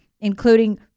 including